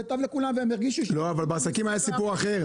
זה טוב לכולם והם הרגישו --- בעסקים היה סיפור אחר.